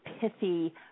pithy